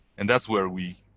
and that's where we